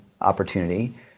opportunity